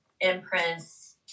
imprints